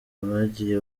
abagiye